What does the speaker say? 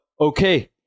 okay